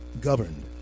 governed